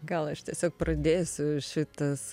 gal aš tiesiog pradėsiu šitas